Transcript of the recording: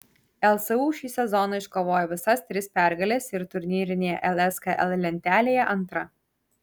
lsu šį sezoną iškovojo visas tris pergales ir turnyrinėje lskl lentelėje antra